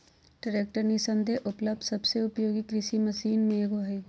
tractor निस्संदेह उपलब्ध सबसे उपयोगी कृषि मशीन में से एगो हइ